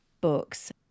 books